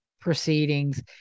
proceedings